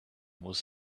was